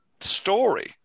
story